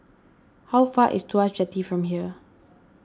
how far is Tuas Jetty from here